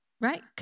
right